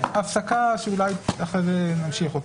הפסקה שאולי אחר כך נמשיך.